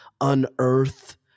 unearth